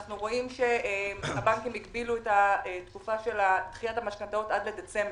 אנחנו רואים שהבנקים הגבילו את התקופה של דחיית המשכנתאות עד לדצמבר.